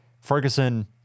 Ferguson